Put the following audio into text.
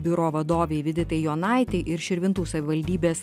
biuro vadovei viditai jonaitei ir širvintų savivaldybės